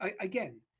again